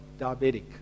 diabetic